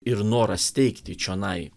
ir noras steigti čionai